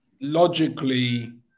logically